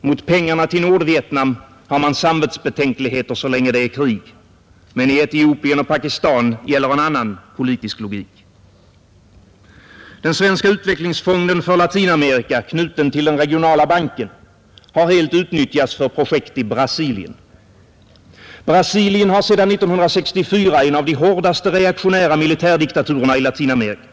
Mot pengarna till Nordvietnam har man samvetsbetänkligheter så länge det är krig, men för Etiopien och Pakistan gäller en annan politisk logik. Den svenska utvecklingsfonden för Latinamerika, knuten till den regionala banken, har helt utnyttjats för projekt i Brasilien. Detta land har sedan 1964 en av de hårdaste reaktionära militärdiktaturerna i Latinamerika.